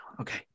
Okay